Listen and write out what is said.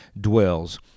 dwells